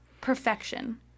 Perfection